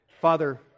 Father